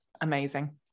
amazing